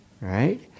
Right